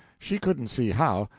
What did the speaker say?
she couldn't see how,